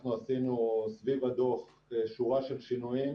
אנחנו עשינו סביב הדוח שורה של שינויים.